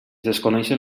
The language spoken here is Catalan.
desconeixen